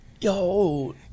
Yo